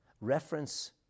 Reference